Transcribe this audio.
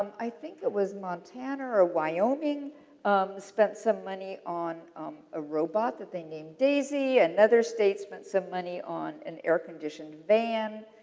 i think it was montana or or wyoming um spent some money on a robot that they named daisy. another state spent some money on an air conditioned van.